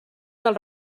dels